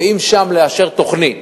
ואם שם לאשר תוכנית,